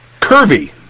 Curvy